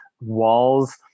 walls